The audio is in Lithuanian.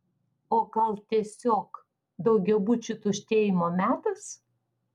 o gal tiesiog daugiabučių tuštėjimo metas